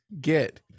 get